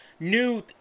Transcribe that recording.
New